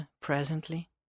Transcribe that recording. presently